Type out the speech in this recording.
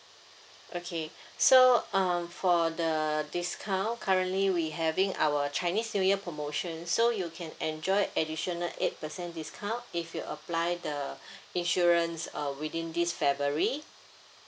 okay so um for the discount currently we having our chinese new year promotion so you can enjoy additional eight percent discount if you apply the insurance uh within this february